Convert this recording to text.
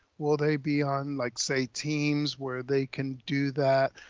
will they be on like say teams where they can do that?